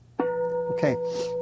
Okay